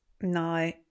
No